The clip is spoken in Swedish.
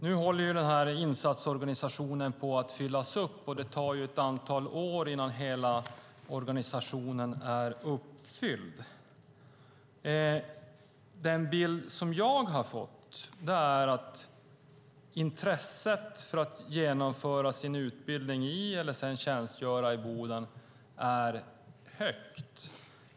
Nu håller insatsorganisationen på att fyllas upp, och det tar ett antal år innan hela organisationen är fylld. Den bild jag har fått är att intresset för att genomföra sin utbildning och tjänstgöra i Boden är högt.